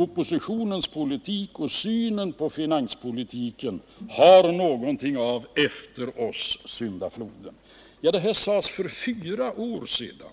Oppositionens politik och synen på finanspolitiken har någonting av ”efter oss syndafloden” över sig. Detta sades för fyra år sedan.